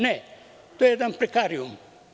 Ne, to je jedan prekarijum.